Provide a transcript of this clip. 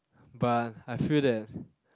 but I feel that